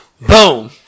Boom